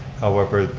however,